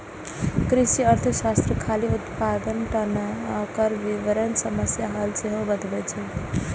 कृषि अर्थशास्त्र खाली उत्पादने टा नहि, ओकर वितरण समस्याक हल सेहो बतबै छै